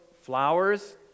Flowers